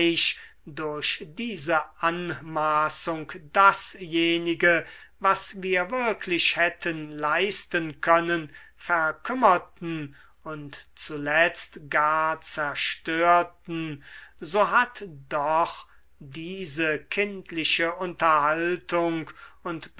durch diese anmaßung dasjenige was wir wirklich hätten leisten können verkümmerten und zuletzt gar zerstörten so hat doch diese kindliche unterhaltung und